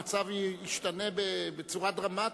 המצב ישתנה בצורה דרמטית.